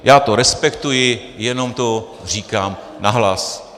Já to respektuji, jenom to říkám nahlas.